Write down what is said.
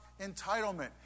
entitlement